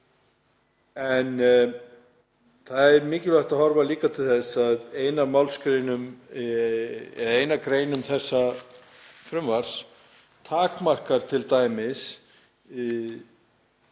En það er mikilvægt að horfa líka til þess að ein af greinum þessa frumvarps takmarkaðar t.d.